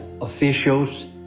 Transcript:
officials